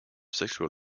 sexual